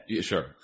Sure